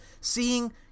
Seeing